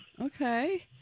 okay